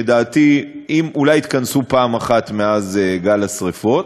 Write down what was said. לדעתי, אולי התכנסו פעם אחת מאז גל השרפות.